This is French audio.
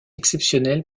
exceptionnelle